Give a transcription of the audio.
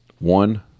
One